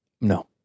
No